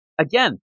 again